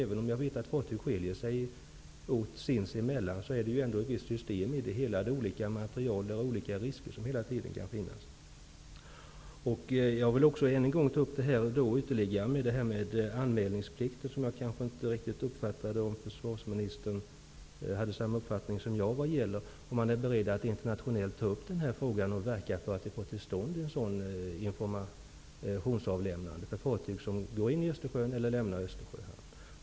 Även om fartyg skiljer sig åt sinsemellan, finns det ändå ett visst system i det hela, men det kan vara fråga om olika material och olika risker. Jag vill än en gång ta upp frågan om anmälningsplikt. Jag uppfattade aldrig om försvarsministern har samma åsikt som jag och om han är beredd att internationellt ta upp frågan och verka för att man får till stånd ett informationsavlämnande för fartyg som går in i Östersjön eller lämnar Östersjön.